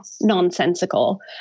nonsensical